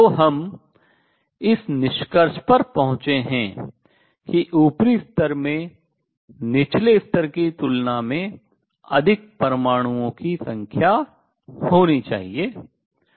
तो हम इस निष्कर्ष पर पहुंचे हैं कि ऊपरी स्तर में निचले स्तर की तुलना में अधिक परमाणुओं की संख्या होनी चाहिए